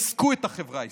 שריסקו את החברה הישראלית.